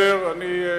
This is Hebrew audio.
ודאי.